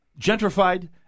gentrified